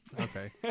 Okay